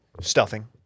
stuffing